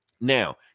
now